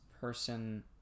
person